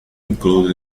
included